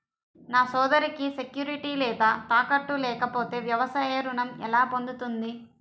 నా సోదరికి సెక్యూరిటీ లేదా తాకట్టు లేకపోతే వ్యవసాయ రుణం ఎలా పొందుతుంది?